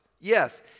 Yes